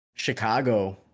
Chicago